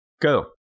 Go